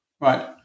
Right